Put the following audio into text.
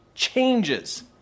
Changes